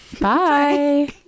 Bye